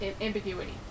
ambiguity